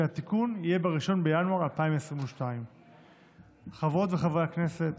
התיקון תהיה ב-1 בינואר 2022. חברות וחברי הכנסת,